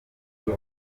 kure